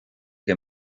que